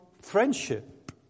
friendship